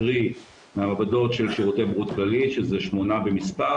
קרי המעבדות של שירותי בריאות כללית שהן 8 במספר,